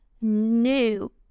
new